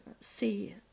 see